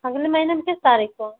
अगले महीने में किस तारीख को